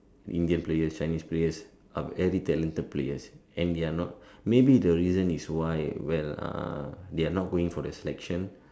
Indian players Chinese players ev~ every talented players and they are not maybe the reason is why well uh they are not going for the selection